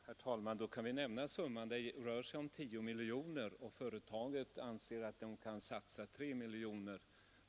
Herr talman! Då kan vi nämna summan. Det rör sig om kostnader på 10 miljoner och företaget anser att det kan satsa 3 miljoner.